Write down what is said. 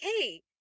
hey